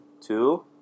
Two